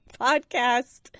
podcast